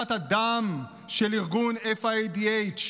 לעלילת הדם של ארגון FIDH,